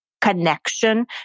connection